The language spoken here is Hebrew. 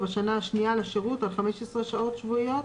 ובשנה השנייה לשירות על 15 שעות שבועיות.